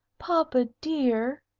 papa, dear,